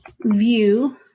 view